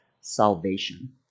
salvation